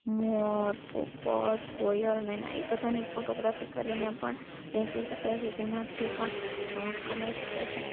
મોર પોપટ કોયલ મેના એ બધાને ફોટોગ્રાફી કરીને પણ વેચી શકાય છે જેનાથી પણ કમાઈ શકાય છે